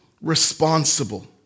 responsible